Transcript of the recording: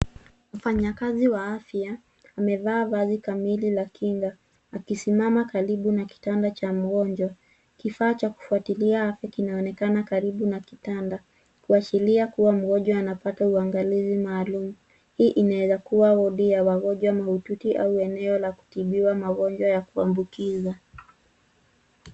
Mfanyakazi wa afya amevaa vazi kamili la kinga, akisimama karibu na kitanda cha mgonjwa. Kifaa cha kufuatilia afya kinaonekana karibu na kitanda, kuashiria kuwa mgonjwa anapata uangalizi maalum. Hii inaweza kuwa wodi ya wagonjwa mahututi au eneo la kutibiwa magojwa ya kuambukiza.